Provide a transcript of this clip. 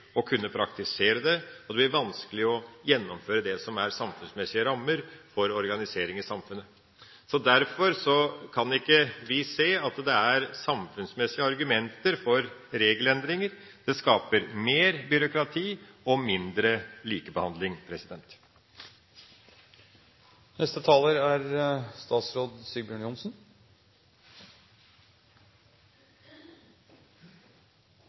å kunne praktisere dem, og det blir vanskelig å gjennomføre det som er samfunnsmessige rammer for organisering i samfunnet. Derfor kan vi ikke se at det er samfunnsmessige argumenter for regelendringer. Det skaper mer byråkrati og mindre likebehandling. Reglene om skattemessig bosted angir til hvilken kommune personlig skattytere skal betale skatten sin. Det er